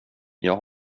jag